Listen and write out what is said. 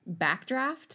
backdraft